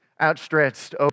outstretched